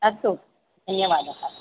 अस्तु धन्यवादः